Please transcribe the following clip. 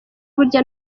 burya